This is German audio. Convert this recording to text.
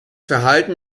verhalten